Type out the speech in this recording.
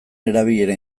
erabilera